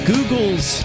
Google's